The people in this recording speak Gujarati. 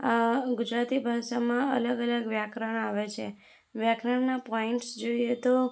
આ ગુજરાતી ભાષામાં અલગ અલગ વ્યાકરણ આવે છે વ્યાકરણના પોઈન્ટ્સ જોઈએ તો